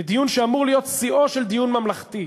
בדיון שאמור להיות שיאו של ביקור ממלכתי,